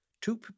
two